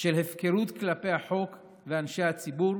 של הפקרות כלפי החוק ואנשי הציבור